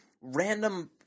random